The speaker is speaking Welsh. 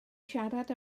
siarad